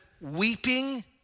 weeping